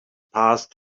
passed